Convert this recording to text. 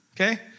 Okay